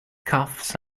cuffs